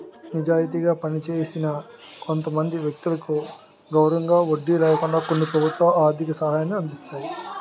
నిజాయితీగా పనిచేసిన కొంతమంది వ్యక్తులకు గౌరవంగా వడ్డీ లేకుండా కొన్ని ప్రభుత్వాలు ఆర్థిక సహాయాన్ని అందిస్తాయి